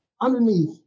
underneath